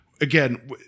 again